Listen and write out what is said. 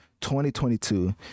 2022